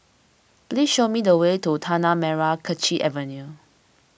please show me the way to Tanah Merah Kechil Avenue